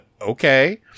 okay